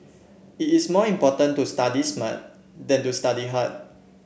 it is more important to study smart than to study hard